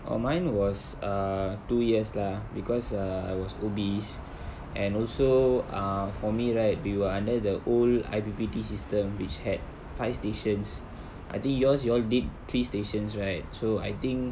orh mine was err two years lah because uh I was obese and also err for me right we were under the old I_P_P_T system which had five stations I think yours you all did three stations right so I think